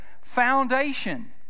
foundation